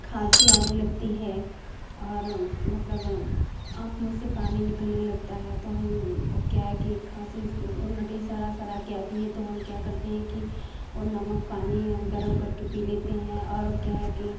खांसी आने लगती है और मतलब आँख मुँह से पानी से निकलने लगता है तो हम वो क्या है कि खांसी और नेटा सरा सरा के आती है तो हम क्या करते हैं कि और नमक पानी गरम करके पी लेते हैं और क्या है कि